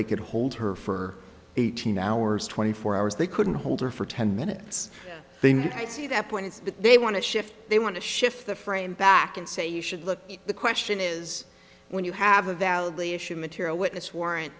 they could hold her for eighteen hours twenty four hours they couldn't hold her for ten minutes then i see that point is that they want to shift they want to shift the frame back and say you should look the question is when you have a valley issue material witness warrant